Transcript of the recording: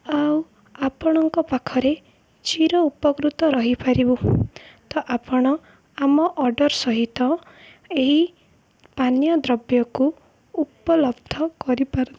ଆଉ ଆପଣଙ୍କ ପାଖରେ ଚିର ଉପକୃତ ରହିପାରିବୁ ତ ଆପଣ ଆମ ଅର୍ଡ଼ର୍ ସହିତ ଏହି ପାନୀୟ ଦ୍ରବ୍ୟକୁ ଉପଲବ୍ଧ କରିପାରନ୍ତୁ